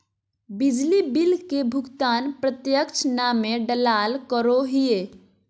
बिजली बिल के भुगतान प्रत्यक्ष नामे डालाल करो हिय